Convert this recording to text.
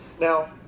Now